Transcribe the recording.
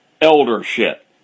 eldership